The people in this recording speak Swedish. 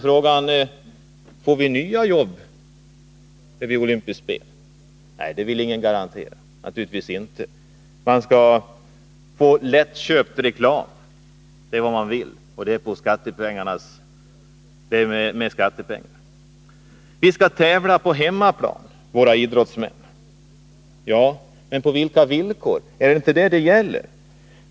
Får vi nya jobb om det blir olympiska spel i Sverige? Det kan naturligtvis ingen garantera. Man skall få lättköpt reklam med skattepengar, det är vad man vill. Våra idrottsmän skall tävla på hemmaplan. Ja, men på vilka villkor? Är det inte detta frågan gäller?